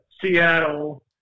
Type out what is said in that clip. Seattle